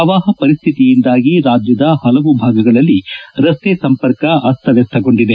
ಪ್ರವಾಹ ಪರಿಸ್ಥಿತಿಯಿಂದಾಗಿ ರಾಜ್ಯದ ಹಲವು ಭಾಗಗಳಲ್ಲಿ ರಸ್ತೆ ಸಂಪರ್ಕ ಅಸ್ತವ್ಯಸ್ತಗೊಂಡಿದೆ